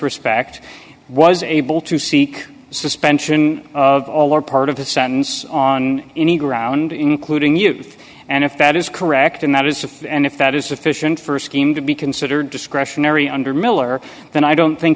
respect was able to seek suspension of all or part of the sentence on any ground including youth and if that is correct and that is and if that is sufficient for a scheme to be considered discretionary under miller then i don't think